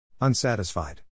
Unsatisfied